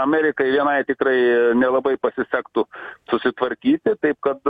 amerikai vienai tikrai nelabai pasisektų susitvarkyti taip kad